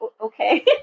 okay